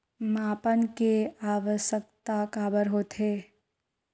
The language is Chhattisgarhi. मापन के आवश्कता काबर होथे?